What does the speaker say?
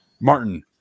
Martin